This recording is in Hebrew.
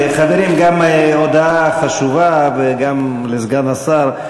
חברים, גם הודעה חשובה לסגן השר.